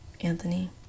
Anthony